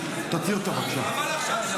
הממשלה החליטה: